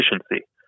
efficiency